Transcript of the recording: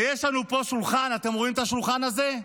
יש לנו פה שולחן, אתם רואים את השולחן הזה?